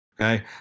Okay